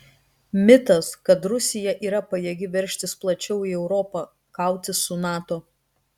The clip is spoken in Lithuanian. mitas kad rusija yra pajėgi veržtis plačiau į europą kautis su nato